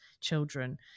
children